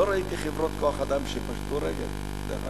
לא ראיתי חברות כוח-אדם שפשטו רגל, דרך אגב.